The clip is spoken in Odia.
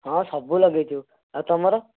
ହଁ ସବୁ ଲଗାଇଚୁ ଆଉ ତୁମର